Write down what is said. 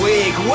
Week